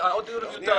העוד דיון מיותר.